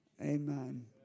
amen